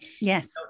Yes